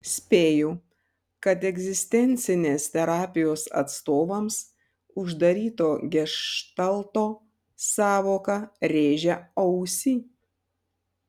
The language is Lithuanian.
spėju kad egzistencinės terapijos atstovams uždaryto geštalto sąvoka rėžia ausį